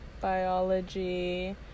Biology